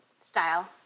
style